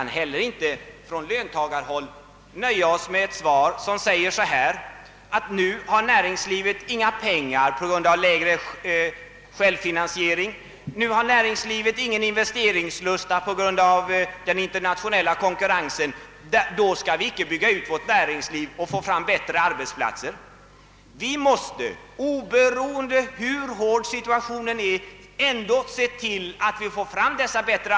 Man kan inte heller från löntagarhåll nöja sig med ett svar av den innebörden att näringslivet nu inte har några pengar på grund av lägre självfinansiering eller saknar investeringslust på grund av den internationella konkurrensen och att vi därför inte kan bygga ut näringslivet och bereda flera och bättre arbetstillfällen. Vi måste, oberoende av hur hård konkurrensen än är, se till att vi kan bereda arbetstillfällen.